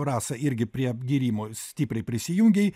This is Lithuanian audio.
rasa irgi prie gyrimo stipriai prisijungei